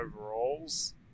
overalls